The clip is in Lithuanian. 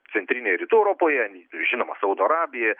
centrinėje rytų europoje žinoma saudo arabija